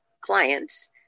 clients